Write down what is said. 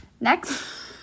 Next